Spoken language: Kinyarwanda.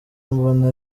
mbona